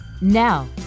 now